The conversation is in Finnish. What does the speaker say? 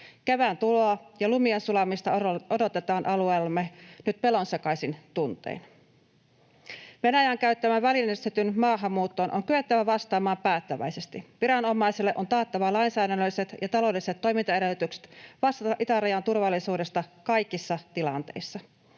Kevään tuloa ja lumien sulamista odotetaan alueellamme nyt pelonsekaisin tuntein. Venäjän käyttämään välineellistettyyn maahanmuuttoon on kyettävä vastaamaan päättäväisesti. Viranomaisille on taattava lainsäädännölliset ja taloudelliset toimintaedellytykset vastata itärajan turvallisuudesta kaikissa tilanteissa.